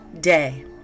day